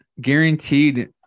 Guaranteed